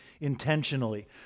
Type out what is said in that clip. intentionally